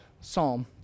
psalm